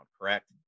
correct